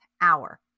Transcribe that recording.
hour